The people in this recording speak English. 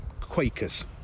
Quakers